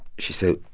she said,